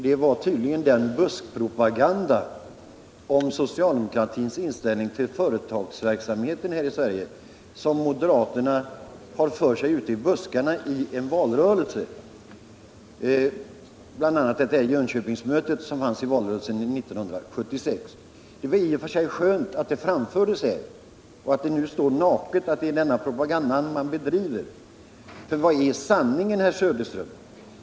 Det var tydligen ett exempel på den typ av propaganda om socialdemokratins inställning till företagsverksamheten här i Sverige som moderaterna bedriver ute i buskarna i en valrörelse — bl.a. vid Jönköpingsmötet valrörelsen 1976. Det är i och för sig skönt att den propagandan framförs här och att det nu står naket att det är denna propaganda man bedriver. Vad är sanning, herr Söderström?